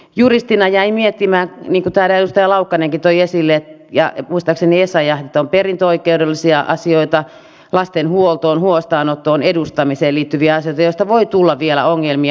juristina jäin miettimään niin kuin täällä edustaja laukkanenkin toi esille ja muistaakseni essayah että on perintöoikeudellisia asioita lasten huoltoon huostaanottoon ja edustamiseen liittyviä asioita joista voi tulla vielä ongelmia